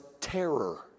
terror